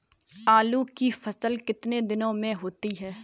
आलू की फसल कितने दिनों में होती है?